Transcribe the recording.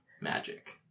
magic